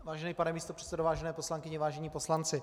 Vážený pane místopředsedo, vážené poslankyně, vážení poslanci.